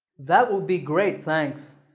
that would be great, thanks.